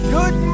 Good